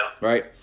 right